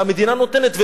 והמדינה נותנת.